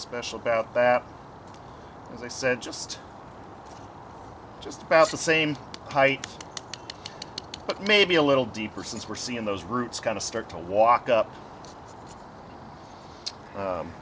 special about that as i said just just about the same height but maybe a little deeper since we're seeing those roots kind of start to walk up